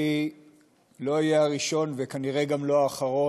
אני לא אהיה הראשון וכנראה גם לא האחרון